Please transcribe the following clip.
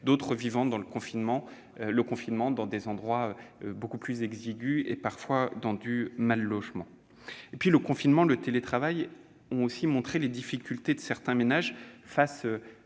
d'autres vivant le confinement dans des endroits beaucoup plus exigus et, parfois, dans le mal-logement. Le confinement et le télétravail ont aussi montré les difficultés de certains ménages face